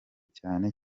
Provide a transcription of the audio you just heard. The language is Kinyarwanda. cyane